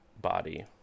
Body